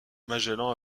magellan